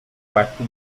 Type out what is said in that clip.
quarto